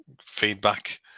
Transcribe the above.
feedback